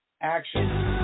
action